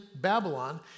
Babylon